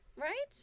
right